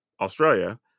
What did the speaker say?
Australia